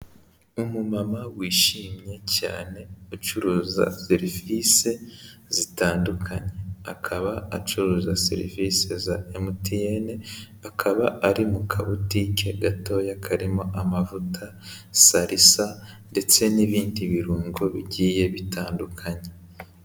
Umumama wishimye cyane ucuruza serivise zitandukanye, akaba acuruza serivisi za emutiyene akaba ari mu ka butike gatoya karimo amavuta sarisa, ndetse n'ibindi birungo bigiye bitandukanye.